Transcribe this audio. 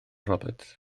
roberts